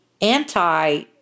anti